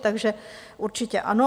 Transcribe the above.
Takže určitě ano.